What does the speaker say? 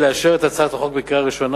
לאשר את הצעת החוק בקריאה ראשונה,